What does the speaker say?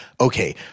okay